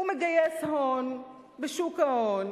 הוא מגייס הון בשוק ההון